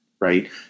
right